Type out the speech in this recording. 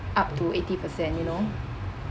up to eighty percent you know